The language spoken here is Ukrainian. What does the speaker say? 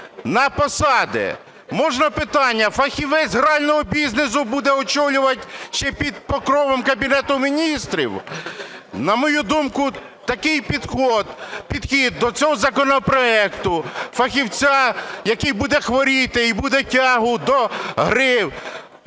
на посади. Можна питання? Фахівець грального бізнесу буде очолювати ще під покровом Кабінету Міністрів? На мою думку, такий підхід до цього законопроекту – фахівця, який буде хворіти і буде тягу до гри